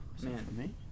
man